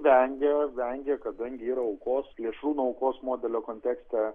vengia vengia kadangi yra aukos plėšrūno aukos modelio kontekste